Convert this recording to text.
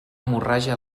hemorràgia